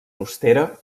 austera